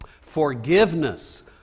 Forgiveness